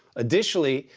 additionally,